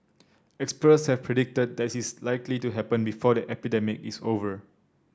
experts have predicted that this is likely to happen before the epidemic is over